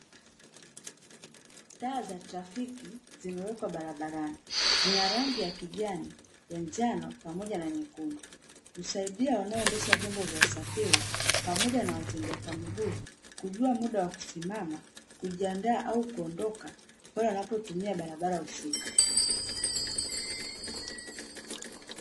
Taa za trafiki zimewekwa barabarani zina rangi ya kijani, ya njano pamoja na nyekundu, husaidia wanaoendesha vyombo vya usafiri pamoja na watembea kwa miguu kujua muda wa kusimama, kujiandaa au kuondoka pale wanapotumia barabara husika .